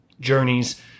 journeys